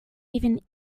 even